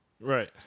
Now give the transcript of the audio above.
Right